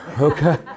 Okay